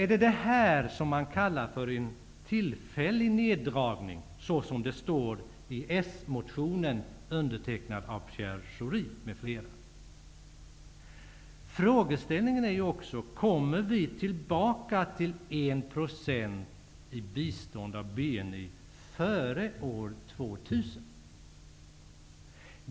Är detta vad man kallar en tillfällig neddragning, som det står beskrivet i en s-motion av Pierre Schori m.fl.? Frågan är också: Kommer vi tillbaka till 1 % av BNI i bistånd före år 2000?